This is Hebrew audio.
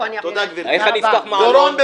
איך אפתח מעלון?